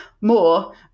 more